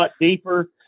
deeper